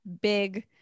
big